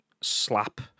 slap